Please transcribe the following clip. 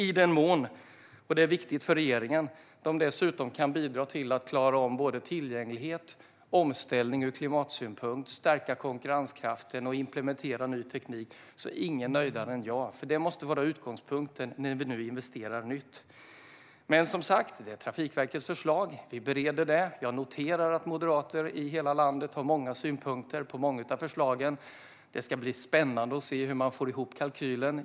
Ingen är nöjdare än jag om de dessutom kan bidra till att vi klarar av tillgänglighet, omställning ur klimatsynpunkt, att stärka konkurrenskraften och att implementera ny teknik - det är viktigt för regeringen. Det måste vara utgångspunkten när vi nu investerar i nytt. Men, som sagt, detta är Trafikverkets förslag. Vi bereder det. Jag noterar att moderater i hela landet har många synpunkter på många av förslagen. Det ska bli spännande att se hur man får ihop kalkylen.